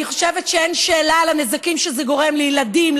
אני חושבת שאין שאלה על הנזקים שזה גורם לילדים,